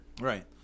Right